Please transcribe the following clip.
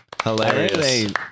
Hilarious